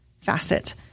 facet